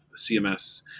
CMS